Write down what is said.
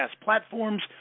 Platforms